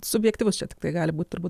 subjektyvus čia tiktai gali būt turbūt